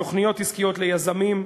תוכניות עסקיות ליזמים.